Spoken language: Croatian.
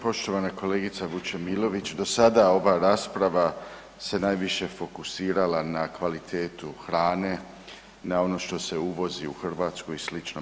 Poštovana kolegice Vučemilović do sada ova rasprava se najviše fokusirala na kvalitetu hrane, na ono što se uvozi u Hrvatsku i slično.